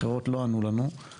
אחרות לא ענו לנו,